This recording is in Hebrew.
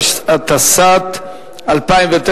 התשס"ט 2009,